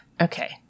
okay